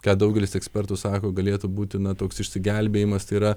ką daugelis ekspertų sako galėtų būti na toks išsigelbėjimas tai yra